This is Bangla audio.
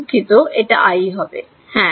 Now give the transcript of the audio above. দুঃখিত এটা i হবে হ্যাঁ